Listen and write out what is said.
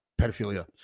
pedophilia